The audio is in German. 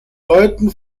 leuten